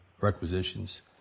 requisitions